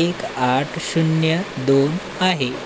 एक आठ शून्य दोन आहे